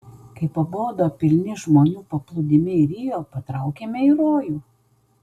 kai pabodo pilni žmonių paplūdimiai rio patraukėme į rojų